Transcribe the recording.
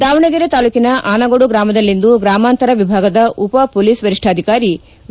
ದಾವಣಗೆರೆ ತಾಲೂಕಿನ ಆನಗೋಡು ಗ್ರಾಮದಲ್ಲಿಂದು ಗ್ರಾಮಾಂತರ ವಿಭಾಗದ ಉಪ ಹೊಲೀಸ್ ವರಿಷ್ಠಾಧಿಕಾರಿ ವಿ